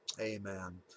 Amen